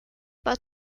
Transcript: but